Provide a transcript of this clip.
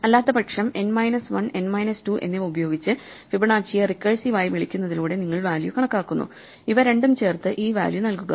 അല്ലാത്തപക്ഷം n minus 1 n minus 2 എന്നിവ ഉപയോഗിച്ച് ഫിബൊനാച്ചിയെ റിക്കേഴ്സീവ് ആയി വിളിക്കുന്നതിലൂടെ നിങ്ങൾ വാല്യൂ കണക്കാക്കുന്നു ഇവ രണ്ടും ചേർത്ത് ഈ വാല്യൂ നൽകുക